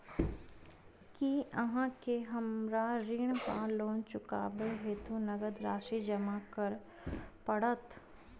की अहाँ केँ हमरा ऋण वा लोन चुकेबाक हेतु नगद राशि जमा करऽ पड़त?